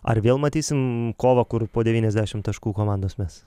ar vėl matysim kovą kur po devyniasdešim taškų komandos mes